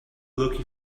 looking